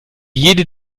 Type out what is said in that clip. jede